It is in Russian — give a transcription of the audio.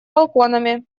балконами